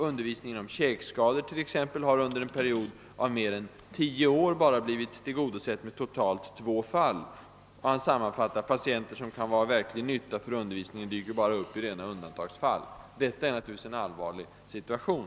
Undervisningen om käkskador har under en period av mer än 10 år endast blivit tillgodosett med totalt två fall.> Han säger sammanfattningsvis att patienter »som kan vara till verklig nytta för undervisningen, dyker endast upp i rena undantagsfall». Detta är givetvis en allvarlig situation.